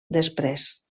després